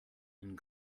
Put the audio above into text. and